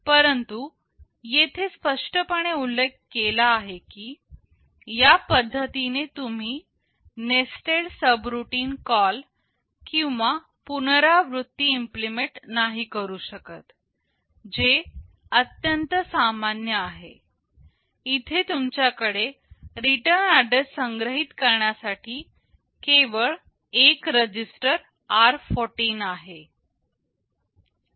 परंतु येथे स्पष्टपणे उल्लेख केला आहे की या पद्धतीने तुम्ही नेस्टेड सबरूटीन कॉल किंवा पुनरावृत्ती इम्प्लिमेंट नाही करू शकत जे अत्यंत सामान्य आहे इथे तुमच्याकडे रिटर्न ऍड्रेस संग्रहित करण्यासाठी केवळ एक रजिस्टर r14 आहे